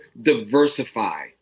diversify